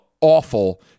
awful